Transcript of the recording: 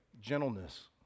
gentleness